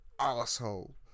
asshole